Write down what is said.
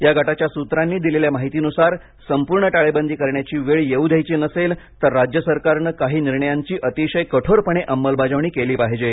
या गटाच्या सूत्रांनी दिलेल्या माहितीनुसार संपूर्ण टाळेबंदी करण्याची वेळ येऊ द्यायची नसेल तर राज्य सरकारने काही निर्णयांची अतिशय कठोरपणे अंमलबजावणी केली पाहिजे